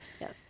Yes